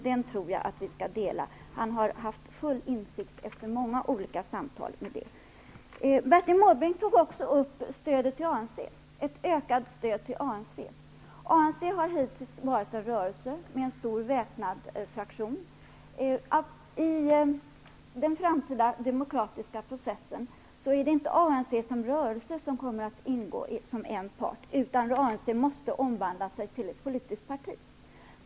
Den tror jag att vi skall dela. Han har haft full insikt, efter många olika samtal. Bertil Måbrink tog också upp frågan om ett ökat stöd till ANC. ANC har hittills varit en rörelse med en stor väpnad fraktion. I den framtida demokratiska processen är det inte ANC som rörelse som kommer att ingå som en part. ANC måste omvandla sig till ett politiskt parti.